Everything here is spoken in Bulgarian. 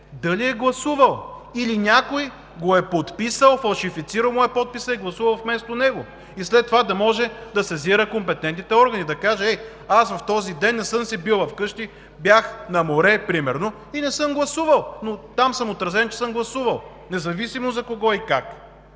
дали е гласувал, или някой го е подписал, фалшифицирал му е подписа и е гласувал вместо него, след което да може да сезира компетентните органи. Да каже: „Ей, аз в този ден не съм си бил вкъщи – бях на море, например, и не съм гласувал, но там съм отразен, че съм гласувал.“ Независимо за кого и как.